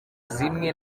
zimwe